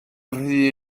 rhy